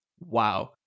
Wow